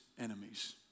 enemies